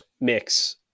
Mix